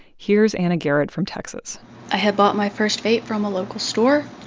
here's anna garrett from texas i had bought my first vape from a local store.